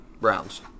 Browns